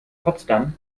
potsdam